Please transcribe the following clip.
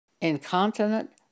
incontinent